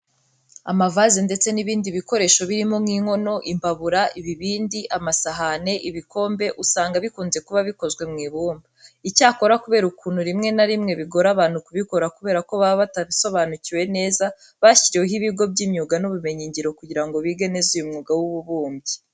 Amavaze ndetse n'ibindi bikoresho birimo nk'inkono, imbabura, ibibindi, amasahani, ibikombe usanga bikunze kuba bikozwe mu ibumba. Icyakora kubera ukuntu rimwe na rimwe bigora abantu kubikora kubera ko baba batabisobanukiwe neza, bashyiriweho ibigo by'imyuga n'ubumenyingiro kugira ngo bige neza uyu mwuga w'ububumbyi.